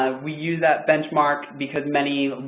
ah we use that benchmark because many